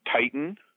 Titan